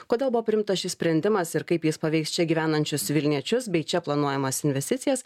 kodėl buvo priimtas šis sprendimas ir kaip jis paveiks čia gyvenančius vilniečius bei čia planuojamas investicijas